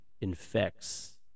infects